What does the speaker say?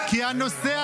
בוא, שלמה.